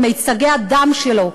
עם מיצגי הדם שלו,